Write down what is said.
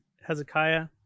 hezekiah